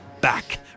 back